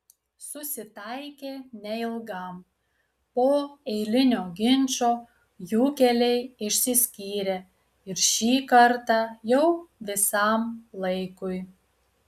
susitaikė neilgam po eilinio ginčo jų keliai išsiskyrė ir šį kartą jau visam laikui